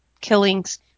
killings